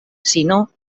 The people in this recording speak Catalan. sinó